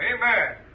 Amen